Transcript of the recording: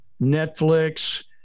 netflix